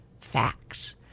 facts